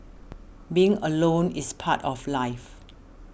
being alone is part of life